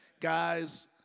Guys